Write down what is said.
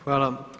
Hvala.